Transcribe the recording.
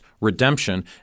redemption